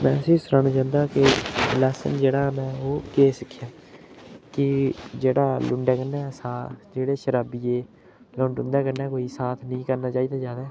में तुसेंगी सनाना कि चांह्दा कि लैसन जेह्ड़ा ओह् में केह् सिक्खेआ कि जेह्ड़ा लुण्डे कन्नै साथ जेह्ड़े शराबियै लुण्ड उं'दे कन्नै साथ नेईं करना चाहि्दा ज्यादा